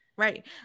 Right